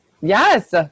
Yes